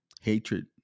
hatred